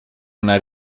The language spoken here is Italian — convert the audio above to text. una